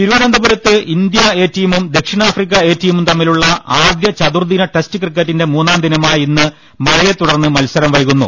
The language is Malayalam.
തിരുവനന്തപുരത്ത് ഇന്ത്യ എ ടീമും ദക്ഷിണാഫ്രിക്ക എ ടീമും തമ്മിലുള്ള ആദ്യ ചതുർദിന ടെസ്റ്റ് ക്രിക്കറ്റിന്റെ മൂന്നാം ദിനമായ ഇന്ന് മഴയെ തുടർന്ന് മത്സരം വൈകുന്നു